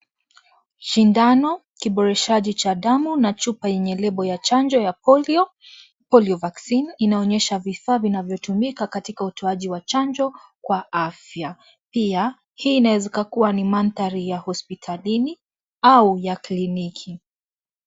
Shindano kiboreshaji cha damu na chupa yenye label ya chanjo ya Polio, Polio Vaccine inaonyesha vifaa vinavyotumika katika utoaji wa chanjo kwa afya pia hii inaezakakua kuwa mandhari ya hospitalini au ya kliniki.